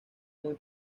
muy